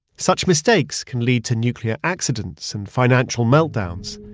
such mistakes can lead to nuclear accidents and financial meltdowns.